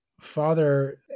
father